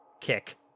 kick